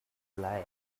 lie